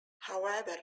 however